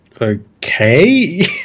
Okay